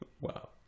Wow